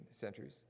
centuries